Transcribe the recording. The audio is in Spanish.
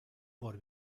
por